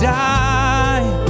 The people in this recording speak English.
die